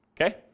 Okay